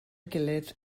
gilydd